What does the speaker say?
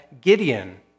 Gideon